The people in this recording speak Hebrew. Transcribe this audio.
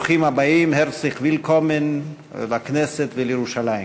ברוכים הבאים לכנסת ולירושלים.